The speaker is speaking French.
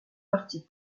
parti